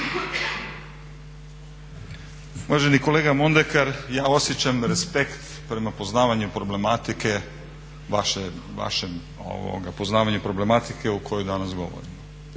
Uvaženi kolega Mondekar, ja osjećam respekt prema vašem poznavanju problematike o kojoj danas govorimo,